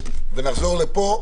ונחזור לפה.